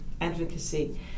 advocacy